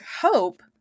hope